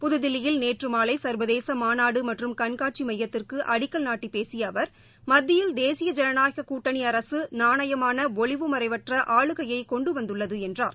புதுதில்லியில் நேற்று மாலை சர்வதேச மாநாடு மற்றும் கண்காட்சி மையத்திற்கு அடிக்கல் நாட்டி பேசிய அவர் மத்தியில் தேசிய ஜனநாயக கூட்டணி அரசு நாணயமான ஒழிவு மறைவற்ற ஆளுகையை கொண்டுவந்துள்ளது என்றார்